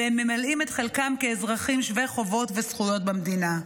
והם ממלאים את חלקם כאזרחים שווי חובות וזכויות במדינה.